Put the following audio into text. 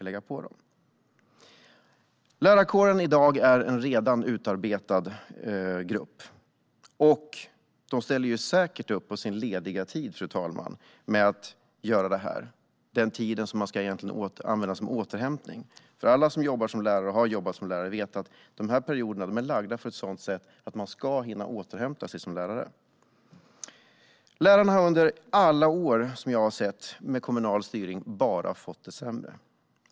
Lärarkåren är redan i dag en utarbetad grupp. Ska de ställa upp på sin lediga tid som de behöver för återhämtning? Alla som jobbar eller har jobbat som lärare vet att dessa perioder är utlagda för att man ska kunna återhämta sig. Lärarna har under alla år med kommunal styrning bara fått det sämre.